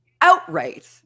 outright